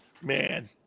Man